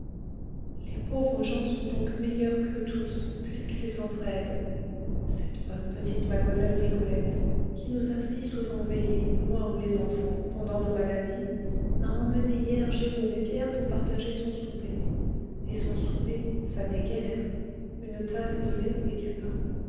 les pauvres gens sont donc meilleurs qu'eux tous puisqu'ils s'entraident cette bonne petite mlle rigolette qui nous a si souvent veillés moi ou les enfants pendant nos maladies a emmené hier jérôme et pierre pour partager son souper et son souper ça n'est guère une tasse de lait et du pain